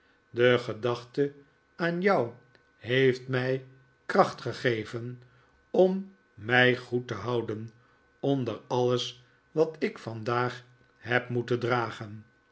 de gedachte aan jou heeft mij kracht gegeven om mij goed te houden onder alles wat ik vandaag heb moeten dragen